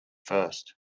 first